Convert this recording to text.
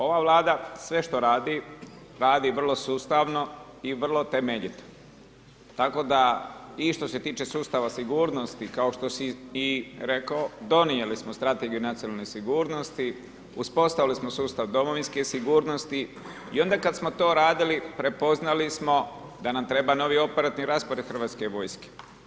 Ova Vlada sve što radi, radi vrlo sustavno i vrlo temeljito, tako da i što se tiče sustava sigurnosti, kao što si i rekao, donijeli smo strategiju nacionalne sigurnosti, uspostavili smo sustav domovinske sigurnosti i onda kada smo to radili, prepoznali smo da nam treba novi operativni raspored hrvatske vojske.